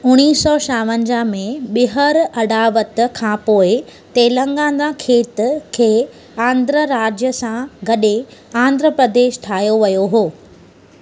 उणिवीह सौ छावंजाहु में ॿीहर अडावत खां पोइ तेलंगाना खेतरि खे आंध्र राज्य सां गढे आंध्र प्रदेश ठाहियो वियो हुओ